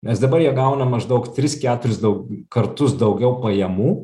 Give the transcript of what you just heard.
nes dabar jie gauna maždaug tris keturis daug kartus daugiau pajamų